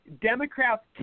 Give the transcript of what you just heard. Democrats